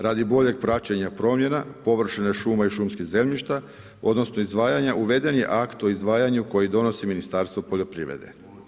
Radi boljeg praćenja promjena, površine šuma i šumskih zemljišta odnosno izdvajanja uveden je akt o izdvajanju koji donosi Ministarstvo poljoprivrede.